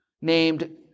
named